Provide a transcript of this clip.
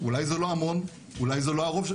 אולי זה לא המון, אולי זה לא הרוב.